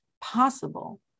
possible